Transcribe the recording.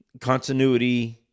continuity